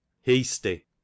Hasty